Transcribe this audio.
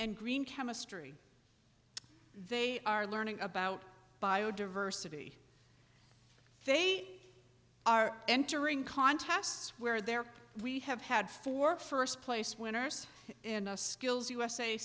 and green chemistry they are learning about biodiversity they are entering contests where there we have had for first place winners in a skills u